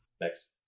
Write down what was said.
Next